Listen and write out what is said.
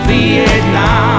Vietnam